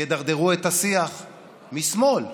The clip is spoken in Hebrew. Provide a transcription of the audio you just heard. ידרדרו את השיח משמאל,